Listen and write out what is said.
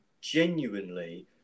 genuinely